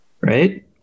Right